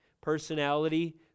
personality